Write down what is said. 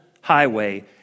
highway